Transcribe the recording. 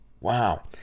Wow